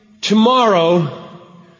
tomorrow